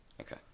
Okay